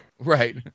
Right